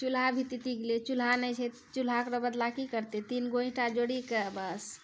चुल्हा भी तीति गेलै चुल्हा नहि छै चुल्हाके बदला कि करतै तीन गो ईँटा जोड़िके बस